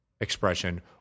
expression